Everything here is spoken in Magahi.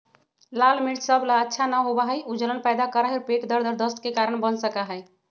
लाल मिर्च सब ला अच्छा न होबा हई ऊ जलन पैदा करा हई और पेट दर्द और दस्त के कारण बन सका हई